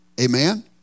Amen